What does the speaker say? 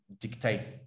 dictate